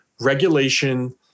regulation